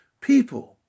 people